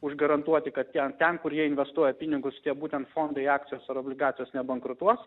užgarantuoti kad ten kur jie investuoja pinigus tie būtent fondai akcijos ar obligacijos nebankrutuos